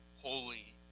holy